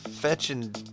Fetching